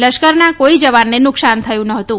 લશ્કરના કોઈ જવાનને નુકસાન થયું નહતું